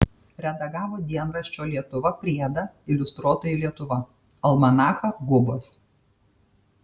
redagavo dienraščio lietuva priedą iliustruotoji lietuva almanachą gubos